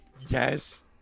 Yes